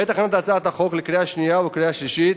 בעת הכנת הצעת החוק לקריאה שנייה ולקריאה שלישית